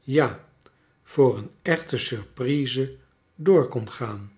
ja voor een echte surprise door kon gaan